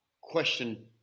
question